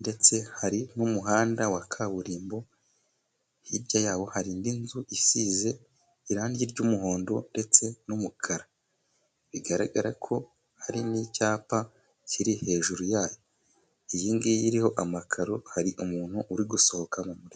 ndetse hari n'umuhanda wa kaburimbo, hirya yawo hari indi nzu isize irangi ry'umuhondo ndetse n'umukara bigaragara ko hari n'icyapa kiri hejuru yayo, iyi ngiyi iriho amakaro hari umuntu uri gusohokamo